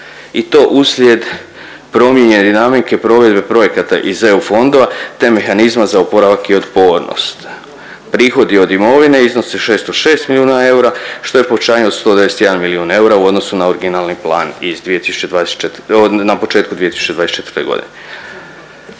i to uslijed promijenjene dinamike provedbe projekata iz EU fondova, te mehanizma za oporavak i otpornost. Prihodi od imovine iznose 606 milijuna eura, što je povećanje od 121 milijun eura u odnosu na originalni plan